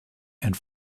and